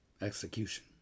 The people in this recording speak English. execution